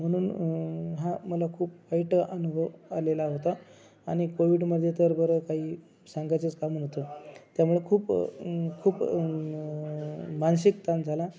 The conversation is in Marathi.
म्हणून हा मला खूप वाईट अनुभव आलेला होता आणि कोव्हिडमध्ये तर बरं काही सांगायचंच काम नव्हतं त्यामुळे खूप खूप मानसिक ताण झाला